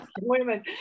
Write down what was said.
women